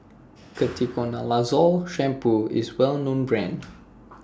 Ketoconazole Shampoo IS Well known Brand